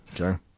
okay